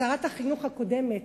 שרת החינוך הקודמת,